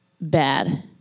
bad